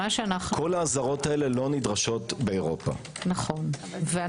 כשקובעים הוראת שעה- - מבחינת היבואן